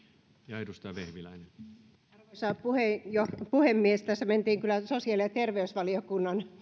arvoisa puhemies tässä mentiin kyllä sosiaali ja terveysvaliokunnan